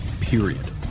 Period